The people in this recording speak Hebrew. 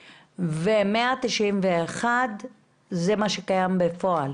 ו-191 זה מה שקיים בפועל?